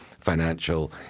financial